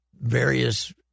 various